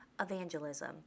evangelism